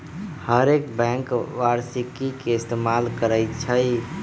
हरेक बैंक वारषिकी के इस्तेमाल करई छई